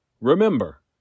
Remember